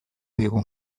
digu